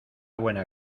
buena